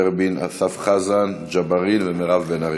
ורבין, אסף חזן, ג'בארין ומירב בן ארי.